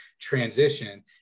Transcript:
transition